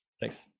thanks